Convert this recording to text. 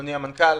אדוני המנכ"ל.